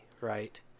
right